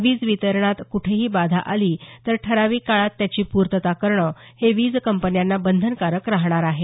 वीजवितरणात कुठेही बाधा आली तर ठरविक काळात त्याची पूर्तता करणं हे वीजकंपन्यांना बंधनकारक राहणार आहे